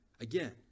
again